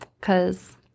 cause